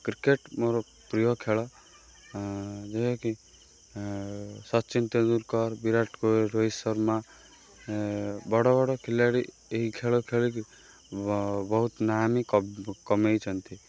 cricket ମୋର ପ୍ରିୟ ଖେଳ ଯାହାକି ସଚିନ ତେନ୍ଦୁଲକର ବିରାଟ ରୋହିତ ଶର୍ମା ବଡ଼ ବଡ଼ ଖିଲାଡ଼ି ଏହି ଖେଳ ଖେଳିକି ବହୁତ ନାଁ ମି କମେଇଛନ୍ତି